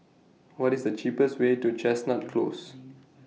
What IS The cheapest Way to Chestnut Close